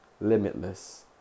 limitless